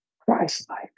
Christ-like